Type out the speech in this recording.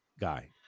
guy